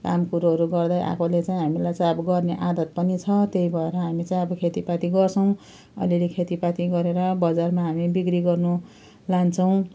कामकुरोहरू गर्दैआएकोले चाहिँ हामीलाई चाहिँ अब गर्ने आदत पनि छ त्यही भएर हामी चाहिँ अब खेतीपाती गर्छौँ अलिअलि खेतीपाती गरेर बजारमा हामी बिक्री गर्नु लान्छौँ